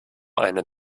eine